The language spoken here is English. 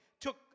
took